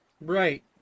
Right